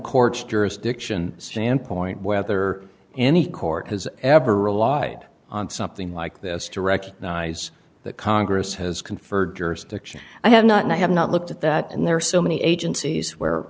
court's jurisdiction standpoint whether any court has ever relied on something like this to recognize that congress has conferred jurisdiction i have not and i have not looked at that and there are so many agencies where